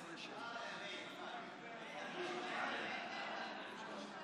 15, נגד, 57,